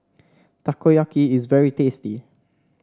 takoyaki is very tasty